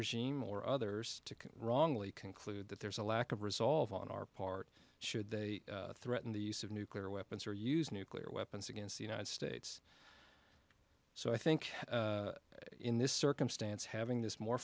regime or others to wrongly conclude that there's a lack of resolve on our part should they threaten the use of nuclear weapons or use nuclear weapons against the united states so i think in this circumstance having this more